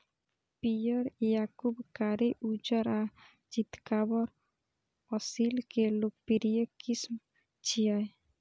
पीयर, याकूब, कारी, उज्जर आ चितकाबर असील के लोकप्रिय किस्म छियै